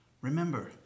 Remember